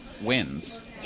wins